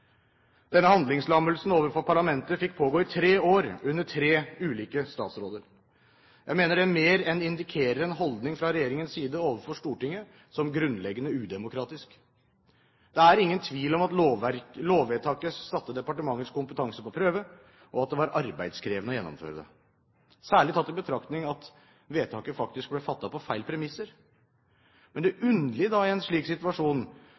Denne handlingslammelsen overfor parlamentet fikk pågå i tre år under tre ulike statsråder. Jeg mener det mer enn indikerer en holdning fra regjeringens side overfor Stortinget som er grunnleggende udemokratisk. Det er ingen tvil om at lovvedtaket satte departementets kompetanse på prøve, og at det var arbeidskrevende å gjennomføre det, særlig tatt i betraktning at vedtaket faktisk ble fattet på feil premisser. Det underlige i en slik situasjon